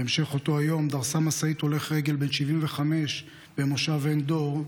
בהמשך אותו היום דרסה משאית הולך רגל בן 75 במושב עין דור,